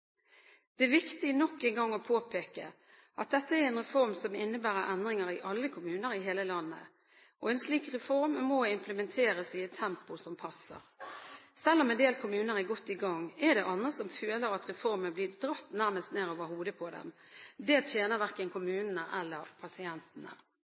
Det er viktig nok en gang å påpeke at dette er en reform som innebærer endringer i alle kommuner i hele landet. En slik reform må implementeres i et tempo som passer. Selv om en del kommuner er godt i gang, er det andre som føler at reformen nærmest blir dratt ned over hodene på dem. Det tjener verken